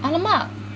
and a man